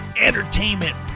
entertainment